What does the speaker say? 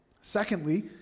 Secondly